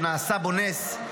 שנעשה בו נס,